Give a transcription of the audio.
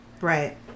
Right